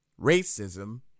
racism